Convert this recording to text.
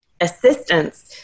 assistance